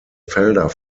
felder